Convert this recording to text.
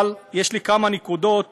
אבל יש לי כמה נקודות